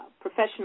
professional